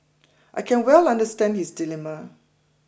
I can well understand his dilemma